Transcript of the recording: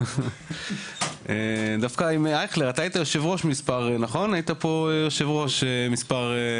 אייכלר, היית פה יושב-ראש, נכון?